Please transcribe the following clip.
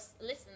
listen